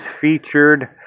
featured